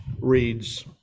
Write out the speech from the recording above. reads